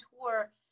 tour